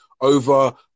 over